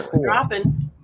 dropping